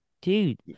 dude